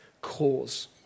cause